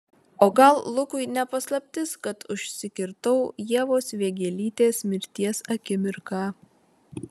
o gal lukui ne paslaptis kad užsikirtau ievos vėgėlytės mirties akimirką